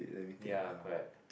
ya correct